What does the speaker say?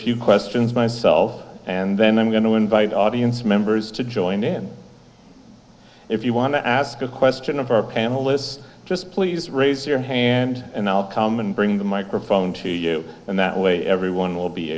few questions myself and then i'm going to invite audience members to join in if you want to ask a question of our panelists just please raise your hand and i'll come and bring the microphone to you and that way everyone will be